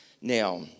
Now